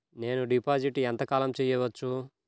నేను డిపాజిట్ ఎంత కాలం చెయ్యవచ్చు?